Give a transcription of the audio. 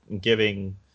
giving